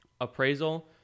appraisal